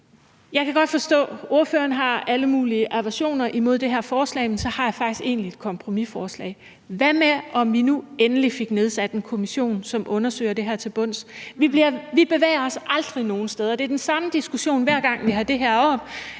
Jeg kan godt forstå, ordføreren har alle mulige aversioner imod det her forslag, men så har jeg faktisk et kompromisforslag: Hvad med om vi nu endelig fik nedsat en kommission, som undersøgte det her til bunds? Vi bevæger os aldrig nogen steder, det er den samme diskussion, hver gang vi har det her oppe.